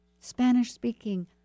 spanish-speaking